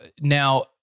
now